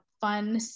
fun